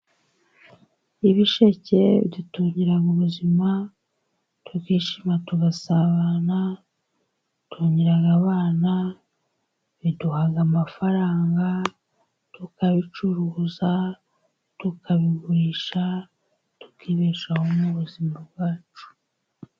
Ibisheke bidutungira mu buzima, tukishima tugasabana, bidutungera abana, biduhaga amafaranga, tukabicuruza tukabigurisha tukibeshaho mu buzima bwacu.